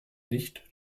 nicht